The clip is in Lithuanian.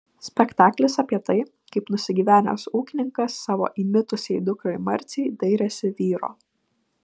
spektaklis apie tai kaip nusigyvenęs ūkininkas savo įmitusiai dukrai marcei dairėsi vyro